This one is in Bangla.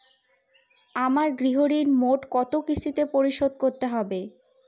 আমার গৃহঋণ মোট কত কিস্তিতে পরিশোধ করতে হবে?